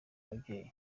ababyeyi